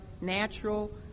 natural